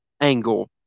angle